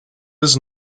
des